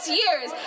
years